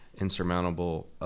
insurmountable